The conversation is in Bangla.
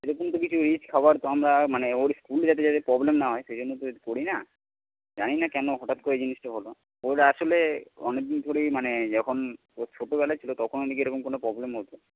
এরকম তো কিছু রিচ খাবার তো আমরা মানে ওর স্কুল যেতে যাতে প্রবলেম না হয় সেই জন্য তো করি না জানি না কেন হঠাৎ করে এই জিনিসটা হলো ওর আসলে অনেক দিন ধরেই মানে যখন ওর ছোটোবেলা ছিল তখনও নাকি এরকম কোনো প্রবলেম হতো